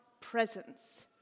presence